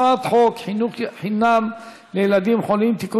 הצעת חוק חינוך חינם לילדים חולים (תיקון